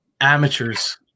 amateurs